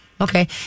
Okay